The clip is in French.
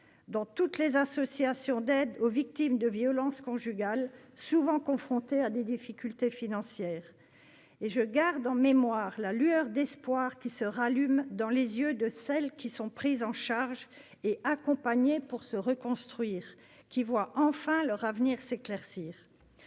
dans toutes les associations d'aide aux victimes de violences conjugales, souvent confrontées à des difficultés financières. Je garde en mémoire la lueur d'espoir qui se rallume dans les yeux de celles qui sont prises en charge et accompagnées pour se reconstruire et qui voient enfin leur avenir s'éclaircir.